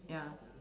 ya